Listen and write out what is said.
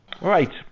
Right